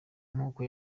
nk’uko